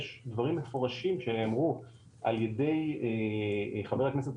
יש דברים מפורשים שנאמרו על ידי חבר הכנסת,